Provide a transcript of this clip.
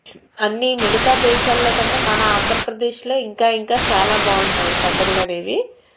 అన్ని మిగతా దేశాల్లో కన్నా మన ఆంధ్రప్రదేశ్లో ఇంకా ఇంకా చాలా బాగుంటాయి పండుగలు అనేవి